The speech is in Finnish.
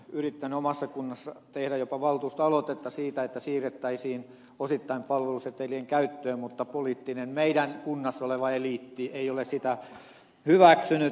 jaskarille voisin todeta että olen kyllä yrittänyt omassa kunnassani tehdä jopa valtuustoaloitetta siitä että siirryttäisiin osittain palvelusetelien käyttöön mutta poliittinen eliitti meidän kunnassamme ei ole sitä hyväksynyt